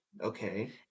okay